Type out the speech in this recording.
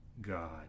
god